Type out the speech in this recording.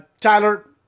Tyler